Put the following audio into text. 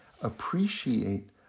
appreciate